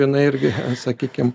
jinai irgi sakykim